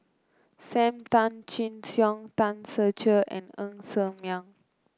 Sam Tan Chin Siong Tan Ser Cher and Ng Ser Miang